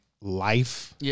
life